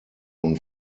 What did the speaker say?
und